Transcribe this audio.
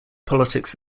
politics